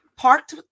parked